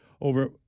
over